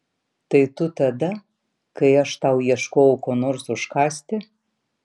tai tu tada kai aš tau ieškojau ko nors užkąsti